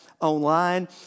online